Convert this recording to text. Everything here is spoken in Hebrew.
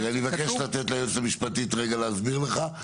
אני מבקש לתת ליועצת המשפטית רגע להסביר לך.